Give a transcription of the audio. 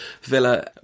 Villa